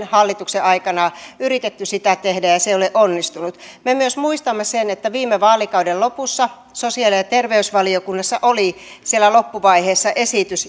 hallituksen aikana on yritetty sitä tehdä ja se ei ole onnistunut me myös muistamme sen että viime vaalikauden lopussa sosiaali ja terveysvaliokunnassa oli siellä loppuvaiheessa esitys